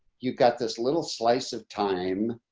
you've got this little slice of time,